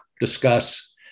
discuss